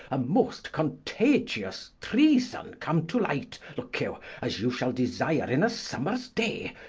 a most contagious treason come to light, looke you, as you shall desire in a summers day.